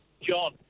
John